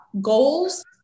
goals